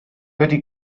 wedi